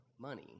money